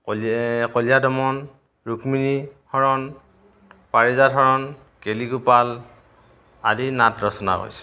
কলিয়ে কলিয়া দমন ৰুক্মিণী হৰণ পাৰিজাত হৰণ কেলিগোপাল আদি নাট ৰচনা কৰিছে